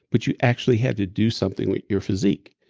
but you actually had to do something with your physique.